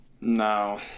No